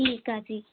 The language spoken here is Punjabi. ਠੀਕ ਆ ਜੀ